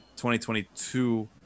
2022